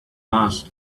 mass